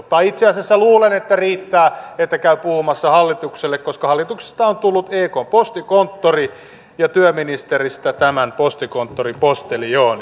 tai itse asiassa luulen että riittää että käy puhumassa hallitukselle koska hallituksesta on tullut ekn postikonttori ja työministeristä tämän postikonttorin posteljooni